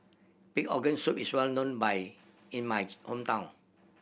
pig organ soup is well known in my hometown